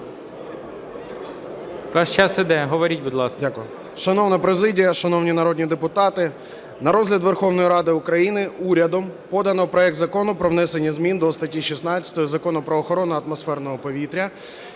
Ваш час іде, говоріть, будь ласка.